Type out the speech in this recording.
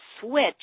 switch